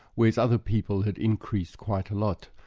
whereas other people had increased quite a lot.